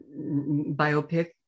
biopic